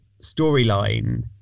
storyline